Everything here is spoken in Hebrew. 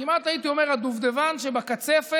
כמעט, הייתי אומר, הדובדבן שבקצפת